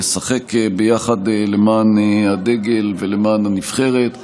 לשחק ביחד למען הדגל ולמען הנבחרת.